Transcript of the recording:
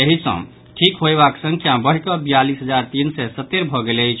एहि सॅ ठीक होयबाक संख्या बढ़ि कऽ बियालीस हजार तीन सय सत्तरि भऽ गेल अछि